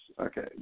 Okay